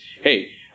hey